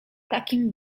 takim